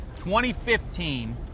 2015